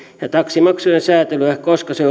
ja taksimaksujen säätelyä koska se